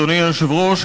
אדוני היושב-ראש,